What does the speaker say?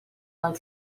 del